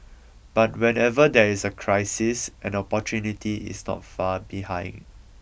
but whenever there is a crisis an opportunity is not far behind